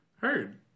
Heard